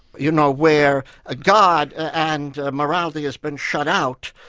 you know where ah god and morality has been shut out,